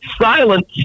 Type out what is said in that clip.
silence